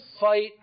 fight